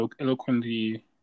eloquently